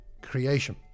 creation